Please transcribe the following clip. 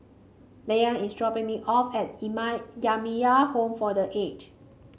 is dropping me off at Jamiyah Home for The Aged